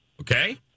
Okay